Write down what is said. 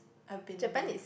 I've been there